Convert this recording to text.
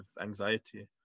anxiety